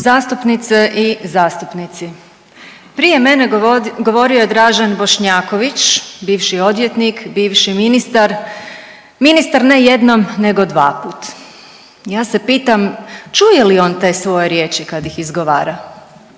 Zastupnice i zastupnici, prije mene govorio je Dražen Bošnjaković, bivši odvjetnik, bivši ministar, ministar ne jednom nego dvaput. Ja se pitam čuje li on te svoje riječi kad ih izgovara?